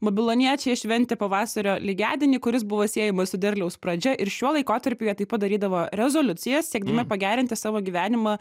babiloniečiai šventė pavasario lygiadienį kuris buvo siejamas su derliaus pradžia ir šiuo laikotarpiu jie taip pat darydavo rezoliucijas siekdami pagerinti savo gyvenimą